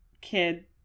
kid